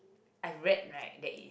I read right that is